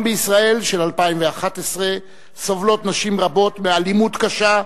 גם בישראל של 2011 סובלות נשים רבות מאלימות קשה,